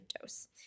dose